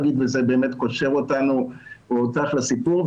פגית וזה באמת קושר אותנו ואותך לסיפור,